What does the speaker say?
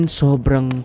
sobrang